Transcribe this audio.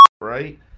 right